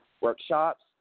workshops